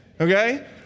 Okay